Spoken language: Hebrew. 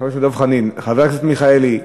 חבר הכנסת מיכאלי,